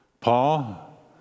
Paul